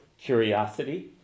Curiosity